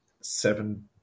seven